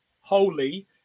holy